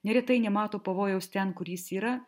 neretai nemato pavojaus ten kur jis yra